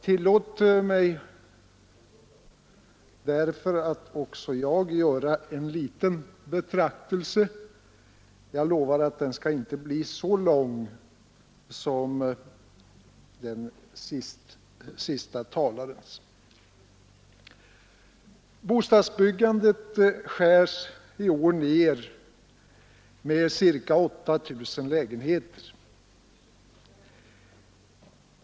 Tillåt mig därför att göra en liten betraktelse. Jag lovar att den inte skall bli så lång som den senaste talarens. Bostadsbyggandet skärs i år ner med ca 8 000 lägenheter.